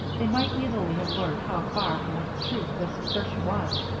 they might easily have learned how far from the truth this assertion was,